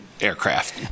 aircraft